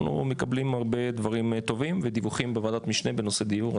אנחנו מקבלים הרבה דברים טובים ודיווחים בוועדת משנה בנושא דיור,